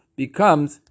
becomes